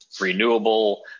renewable